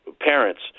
parents